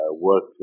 work